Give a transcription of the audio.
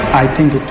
i think